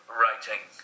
writing